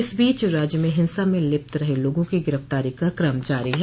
इस बीच राज्य में हिंसा में लिप्त रहे लोगों की गिरफ़तारी का कम जारी है